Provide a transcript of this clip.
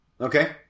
Okay